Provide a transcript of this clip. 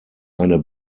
eine